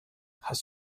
hast